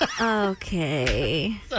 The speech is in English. Okay